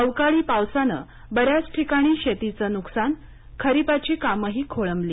अवकाळी पावसानं बऱ्याच ठिकाणी शेतीचं नुकसान खरिपाची कामंही खोळंबली